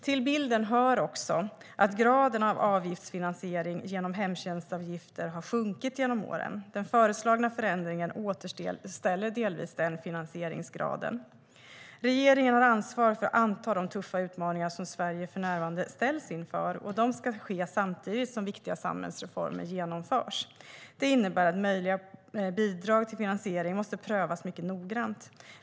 Till bilden hör också att graden av avgiftsfinansiering genom hemtjänstavgifter har sjunkit genom åren. Den föreslagna förändringen återställer delvis den finansieringsgraden. Regeringen har ansvar för att anta de tuffa utmaningar som Sverige för närvarande ställs inför. Det ska ske samtidigt som viktiga samhällsreformer genomförs. Det innebär att möjliga bidrag till finansiering måste prövas mycket noggrant.